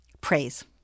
praise